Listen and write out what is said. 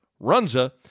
Runza